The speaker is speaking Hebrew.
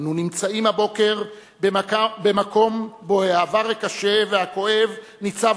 "אנו נמצאים הבוקר במקום שבו העבר הקשה והכואב ניצב